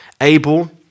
Abel